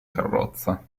carrozza